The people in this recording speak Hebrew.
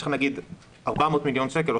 יש לך 400 מיליון שקל,